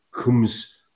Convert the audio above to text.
comes